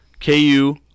KU